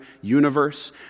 universe